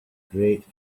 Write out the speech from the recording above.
great